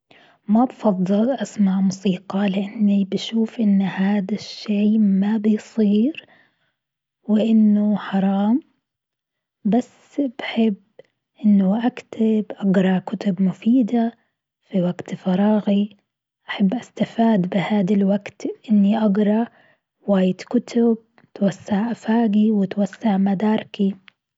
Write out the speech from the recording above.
ما بفضل أسمع موسيقى لأني بشوف أني هاد الشي ما بصير وإنه حرام، بس بحب إنه أكتب أقرأ كتب مفيدة في وقت فراغي، أحب استفاد بهاد الوقت إن أقرأ واجد كتب توسع أفاقي وتوسع مداركي.